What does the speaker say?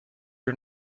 are